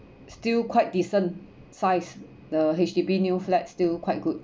still quite decent size the H_D_B new flats still quite good